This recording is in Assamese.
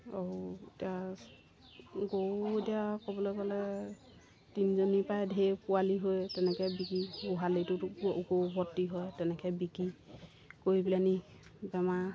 আৰু এতিয়া গৰু এতিয়া ক'বলৈ গ'লে তিনিজনীৰপৰাই ঢেৰ পোৱালি হৈ তেনেকৈ বিকি গোহালিটোতো গৰু ভৰ্তি হয় তেনেকৈ বিকি কৰি পেলাইনি বেমাৰ